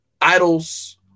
idols